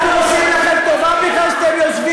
שכל.